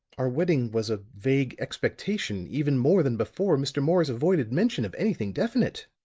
our wedding was a vague expectation even more than before mr. morris avoided mention of anything definite.